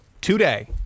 today